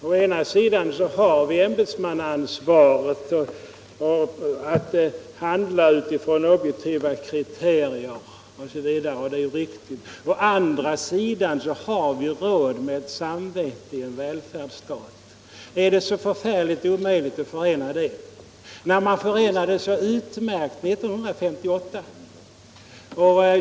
Å ena sidan har vi ämbetsmannaansvaret och att man skall handla utifrån objektiva kriterier, osv. Det är ju riktigt. Å andra sidan har vi råd med ett samvete i en välfärdsstat. Är det så förfärligt omöjligt att förena detta, när det gick så utmärkt 1958?